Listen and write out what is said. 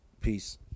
Peace